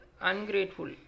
ungrateful